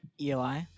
Eli